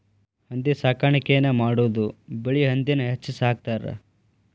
ಹಂದಿ ಸಾಕಾಣಿಕೆನ ಮಾಡುದು ಬಿಳಿ ಹಂದಿನ ಹೆಚ್ಚ ಸಾಕತಾರ